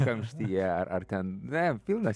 kamštyje ar ar ten ne pilnas